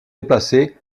déplacé